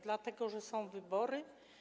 Dlatego, że są wybory?